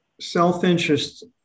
self-interest